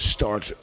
Start